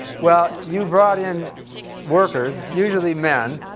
well, you brought in workers, usually men,